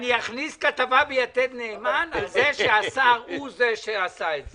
אכניס כתבה ביתד נאמן על זה שהשר הוא זה שעשה את זה...